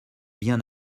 bien